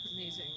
amazing